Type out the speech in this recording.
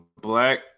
black